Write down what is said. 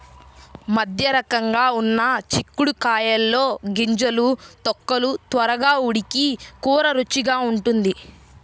మధ్యరకంగా ఉన్న చిక్కుడు కాయల్లో గింజలు, తొక్కలు త్వరగా ఉడికి కూర రుచిగా ఉంటుంది